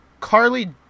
Carly